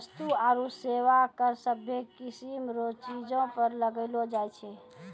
वस्तु आरू सेवा कर सभ्भे किसीम रो चीजो पर लगैलो जाय छै